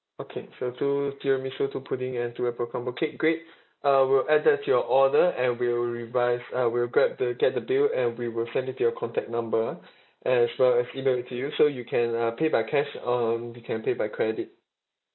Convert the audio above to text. okay so two tiramisu two pudding and two apple crumble cake great uh we'll add that to your order and we'll revise uh we'll grab the get the bill and we will send it to your contact number ah as well as email it to you so you can uh pay by cash um you can pay by credit